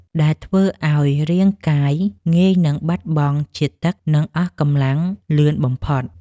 ដែលធ្វើឱ្យរាងកាយងាយនឹងបាត់បង់ជាតិទឹក និងអស់កម្លាំងលឿនបំផុត។